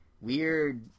weird